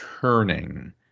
turning